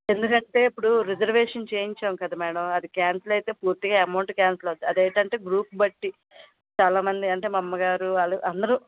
ఎందుకంటే ఇప్పుడు రిసర్వేషన్ చేయించాం కదా మేడం అది క్యాన్సల్ అయితే పూర్తిగా అమౌంట్ క్యాన్సల్ అవుతుంది అదేంటంటే గ్రూప్ బట్టి చాలామంది అంటే మా అమ్మగారు వాళ్ళు అందరూ